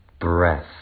breath